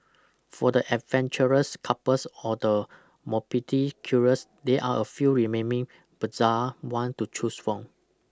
for the adventurous couples or the morbidly curious there are a few remaining bizarre one to choose from